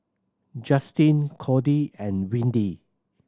Justin Cordie and Windy